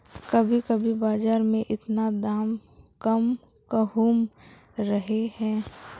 कभी कभी बाजार में इतना दाम कम कहुम रहे है?